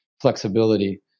flexibility